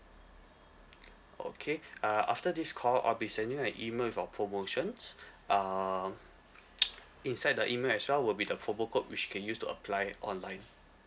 okay uh after this call I'll be sending you an email with our promotions um inside the email as well will be the promo code which you can use to apply online